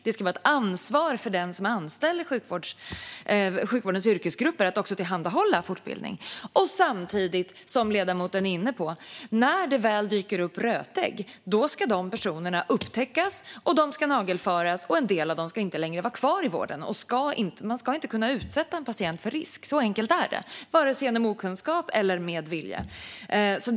Det ska vara ett ansvar för den som anställer sjukvårdens yrkesgrupper att tillhandahålla fortbildning. Och som ledamoten är inne på: När det väl dyker upp rötägg ska de personerna upptäckas. De ska nagelfaras, och en del av dem ska inte längre vara kvar i vården. Man ska inte kunna utsätta en patient för risk vare sig genom okunskap eller med vilje - så enkelt är det.